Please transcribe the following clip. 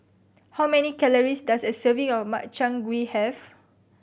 how many calories does a serving of Makchang Gui have